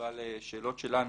בתשובה לשאלות שלנו,